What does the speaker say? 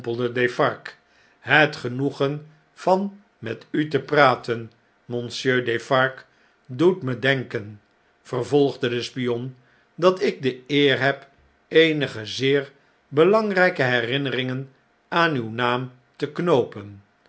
het genoegen van met u te praten monsieur defarge doet me denken vervolgde de spion dat ik de eer heb eenige zeer belangrn'ke herinneringen aan uw naam te knoopen